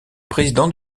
président